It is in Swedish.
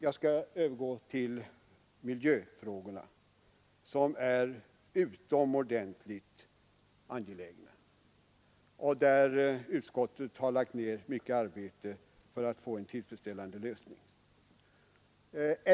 Jag skall så övergå till miljöfrågorna, som är utomordentligt angelägna och där utskottet lagt ned mycket arbete för att nå en tillfredsställande lösning.